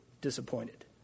disappointed